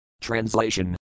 Translation